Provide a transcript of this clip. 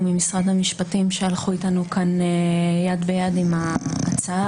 ממשרד המשפטים שהלכו איתנו כאן יד ביד עם ההצעה.